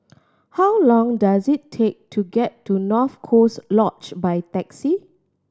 how long does it take to get to North Coast Lodge by taxi